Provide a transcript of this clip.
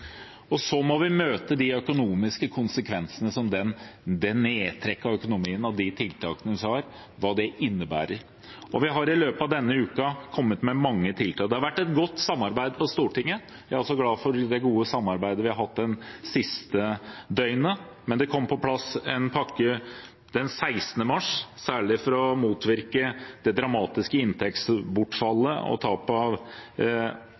og det er avgjørende at vi klarer det også i tiden framover. Så må vi møte de økonomiske konsekvensene av nedtrekket av økonomien og av tiltakene – hva det innebærer. Vi har i løpet av denne uken kommet med mange tiltak. Det har vært et godt samarbeid på Stortinget – jeg er også glad for det gode samarbeidet vi hatt det siste døgnet. Det kom på plass en pakke den 16. mars, særlig for å motvirke det dramatiske